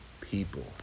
people